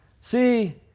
See